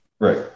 right